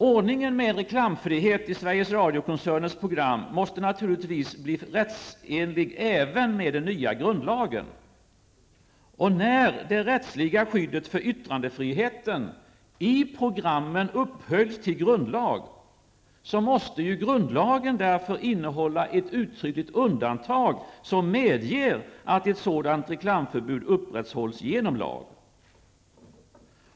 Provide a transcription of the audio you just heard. Ordningen med reklamfrihet i Sveriges Radio-koncernens program måste naturligtvis bli rättsenlig även med den nya grundlagen. När det rättsliga skyddet för yttrandefriheten i programmen upphöjs till grundlag, måste grundlagen därför innehålla ett uttryckligt undantag som medger att ett sådant reklamförbud upprätthålls genom lag.